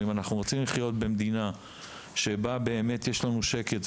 אם אנחנו רוצים לחיות במדינה שבה באמת יש לנו שקט,